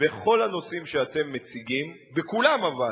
בכל הנושאים שאתם מציגים, בכולם, אבל,